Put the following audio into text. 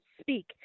speak